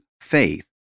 faith